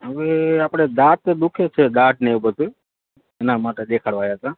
હવે આપણે દાંત દુઃખે છે દાઢ ને એ બધું એનાં માટે દેખાડવા આવ્યા હતા